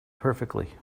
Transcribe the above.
perfectly